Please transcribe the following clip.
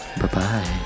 Bye-bye